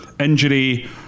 injury